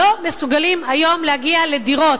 לא מסוגלים היום להגיע לדירות,